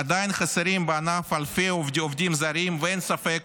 עדיין חסרים בענף אלפי עובדים זרים, ואין ספק